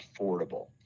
affordable